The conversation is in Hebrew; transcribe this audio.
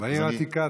בעיר העתיקה.